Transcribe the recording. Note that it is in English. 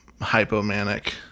hypomanic